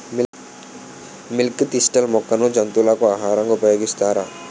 Milk thistle మొక్కను జంతువులకు ఆహారంగా ఉపయోగిస్తారా?